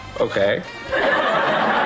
Okay